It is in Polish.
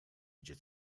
gdzie